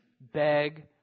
Beg